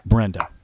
Brenda